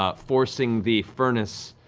ah forcing the furnace